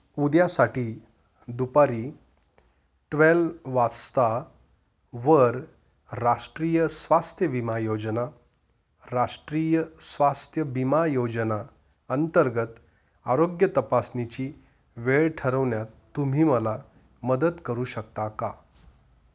उद्यासाठी दुपारी ट्वेल वाजतावर राष्ट्रीय स्वास्थ्य विमा योजना राष्ट्रीय स्वास्थ्य विमा योजना अंतर्गत आरोग्य तपासणीची वेळ ठरवण्यात तुम्ही मला मदत करू शकता का